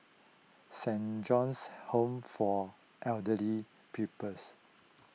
Saint John's Home for Elderly Peoples